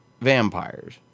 vampires